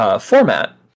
format